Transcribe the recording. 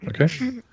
Okay